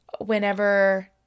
whenever